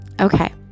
Okay